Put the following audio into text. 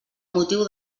motiu